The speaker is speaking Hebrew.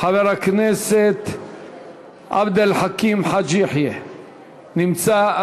חבר הכנסת עבד אל חכים חאג' יחיא, נמצא.